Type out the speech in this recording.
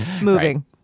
moving